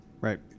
right